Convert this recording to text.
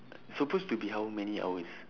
supposed to be how many hours